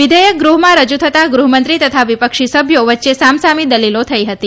વિધેયક ગૃહમાં રજુ થતાં ગૃહમંત્રી તથા વિપક્ષી સભ્યો વચ્ચે સામ સામી દલીલો થઇ હતી